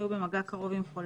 כי היו במגע קרוב עם חולה,